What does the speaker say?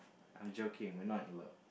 I'm joking we're not in love